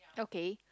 okay